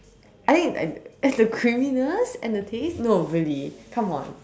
I mean like there's the creaminess and the taste no really come on